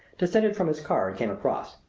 descended from his car and came across.